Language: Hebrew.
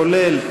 כולל,